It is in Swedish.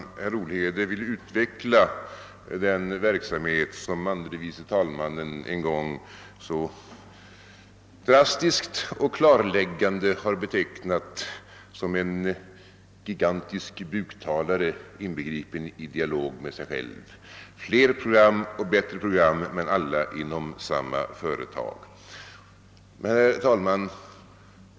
Herr Olhede vill utveckla den verksamhet som herr andre vice talmannen en gång så drastiskt och klarläggande betecknade som en gigantisk buktalare inbegripen i dialog med sig själv, d. v. s. herr Olhede vill ha flera och bättre program men alla inom samma företag.